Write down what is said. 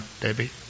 Debbie